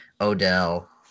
Odell